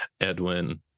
Edwin –